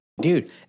dude